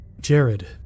Jared